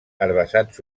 herbassars